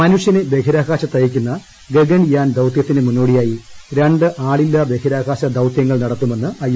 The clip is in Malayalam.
മനുഷ്യനെ ബഹിരാകാശത്ത് അയയ്ക്കുന്ന ഗഗൻയാൻ ദൌതൃത്തിന് മുന്നോടിയായി രണ്ട് ആളില്ലാ ബഹിരാകാശദൌതൃങ്ങൾ നടത്തുമെന്ന് ഐ